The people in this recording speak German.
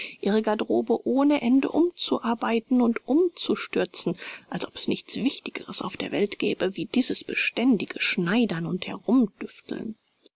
ihre garderobe ohne ende umzuarbeiten und umzustürzen als ob es nichts wichtigeres auf der welt gäbe wie dieses beständige schneidern und